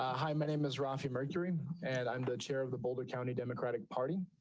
ah hi, my name is rafi mercury and i'm the chair of the boulder county democratic party